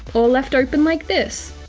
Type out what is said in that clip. or left open like this!